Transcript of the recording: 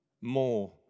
more